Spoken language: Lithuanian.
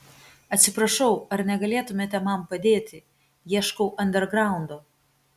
atsiprašau ar negalėtumėte man padėti ieškau andergraundo